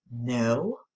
No